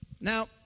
now